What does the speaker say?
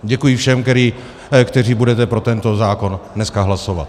Děkuji všem, kteří budete pro tento zákon dneska hlasovat.